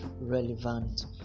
relevant